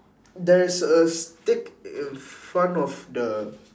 there's a stick in front of the